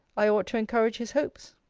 i ought to encourage his hopes?